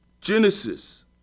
Genesis